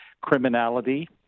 criminality